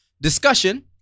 discussion